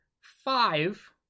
five